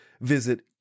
Visit